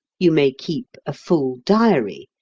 you may keep a full diary,